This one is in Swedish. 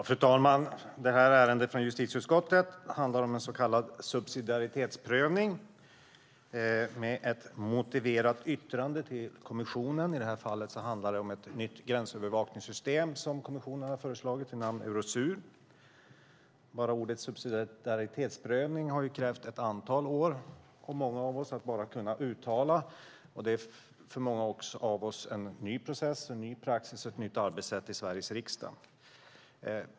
Fru talman! Detta ärende från justitieutskottet handlar om en så kallad subsidiaritetsprövning med ett motiverat yttrande till kommissionen. I detta fall handlar det om ett nytt gränsövervakningssystem vid namn Eurosur som kommissionen har föreslagit. Bara ordet "subsidiaritetsprövning" har krävt ett antal år för många av oss att ens kunna uttala, och det är också för många av oss en ny process, en ny praxis och ett nytt arbetssätt i Sveriges riksdag.